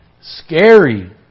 scary